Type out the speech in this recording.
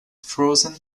frozen